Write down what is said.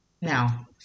Now